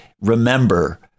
Remember